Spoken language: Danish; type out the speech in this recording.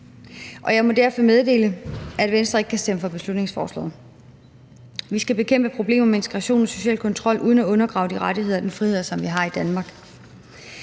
og jeg må derfor meddele, at Venstre ikke kan stemme for beslutningsforslaget. Vi skal bekæmpe problemer med integration og social kontrol uden at undergrave de rettigheder og den frihed, som vi har i Danmark.